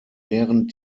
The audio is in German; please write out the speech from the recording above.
während